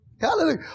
Hallelujah